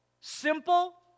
simple